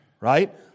Right